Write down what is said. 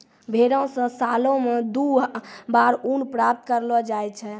भेड़ो से सालो मे दु बार ऊन प्राप्त करलो जाय छै